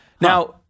now